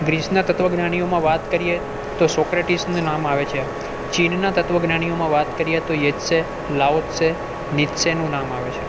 ગ્રીસના તત્ત્વજ્ઞાનીઓમાં વાત કરીએ તો સોક્રેટિસનું નામ આવે છે ચીનના તત્ત્વજ્ઞાનીઓમાં વાત કરીએ તો યેત્સે લાઓત્સે નિત્સેનું નામ આવે છે